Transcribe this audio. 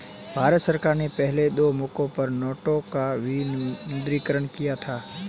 भारत सरकार ने पहले दो मौकों पर नोटों का विमुद्रीकरण किया था